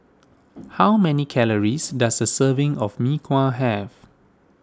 how many calories does a serving of Mee Kuah have